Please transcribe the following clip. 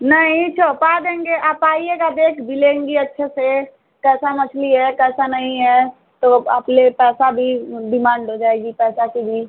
नहीं चहोपा देंगे आप आइएगा देख भी लेंगी अच्छे से कैसा मछली है कैसा नहीं है तो आप ले पैसा भी डिमांड हो जाएगी पैसा की भी